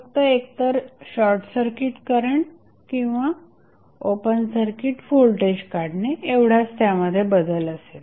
फक्त एकतर short circuit current किंवा ओपन सर्किट होल्टेज काढणे एवढाच त्यामध्ये बदल असेल